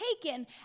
taken